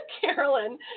Carolyn